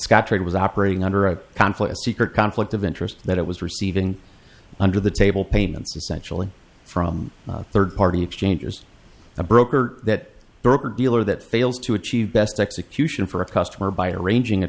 scottrade was operating under a conflict secret conflict of interest that it was receiving under the table payments essentially from third party exchangers the broker that broker dealer that fails to achieve best execution for a customer by arranging a